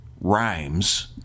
rhymes